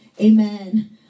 amen